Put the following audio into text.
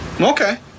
Okay